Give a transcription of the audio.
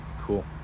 Cool